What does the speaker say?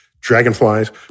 dragonflies